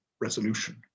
resolution